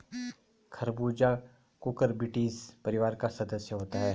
खरबूजा कुकुरबिटेसी परिवार का सदस्य होता है